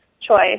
choice